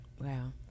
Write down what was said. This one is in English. Wow